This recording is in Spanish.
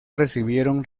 recibieron